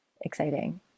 exciting